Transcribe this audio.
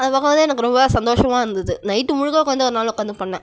அது பார்க்கம் போது எனக்கு சந்தோஷமாக இருந்தது நைட்டு முழுக்க உக்காந்து ஒரு நாள் உக்காந்து பண்ணிணேன்